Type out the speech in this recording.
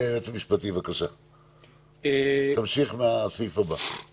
אדוני, היועץ המשפטי, בבקשה, תמשיך מהסעיף הבא.